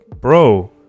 bro